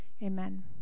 Amen